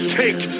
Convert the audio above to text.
take